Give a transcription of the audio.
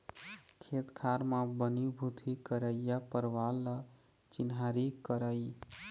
खेत खार म बनी भूथी करइया परवार ल चिन्हारी करई